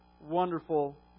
wonderful